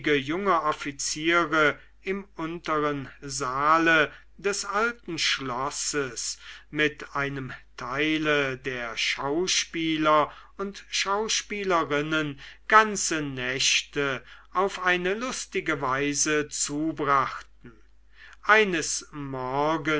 junge offiziere im unteren saale des alten schlosses mit einem teile der schauspieler und schauspielerinnen ganze nächte auf eine lustige weise zubrachten eines